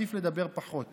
עדיף לדבר פחות.